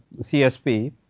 CSP